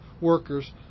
workers